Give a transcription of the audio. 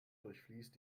durchfließt